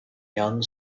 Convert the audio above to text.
young